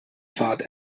fahrt